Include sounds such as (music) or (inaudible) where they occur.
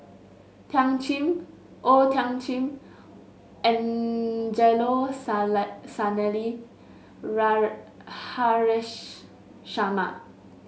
Thiam Chin O Thiam Chin Angelo (unintelligible) Sanelli (unintelligible) Haresh Sharma